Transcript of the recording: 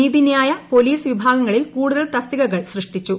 നീതിന്യായ പോലീസ് വിഭാഗങ്ങളിൽ കൂടുതൽ തസ്തികകൾ സൃഷ്ടിച്ചു